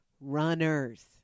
Runners